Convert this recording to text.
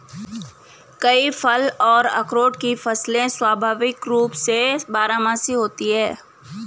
कई फल और अखरोट की फसलें स्वाभाविक रूप से बारहमासी होती हैं